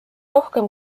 rohkem